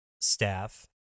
staff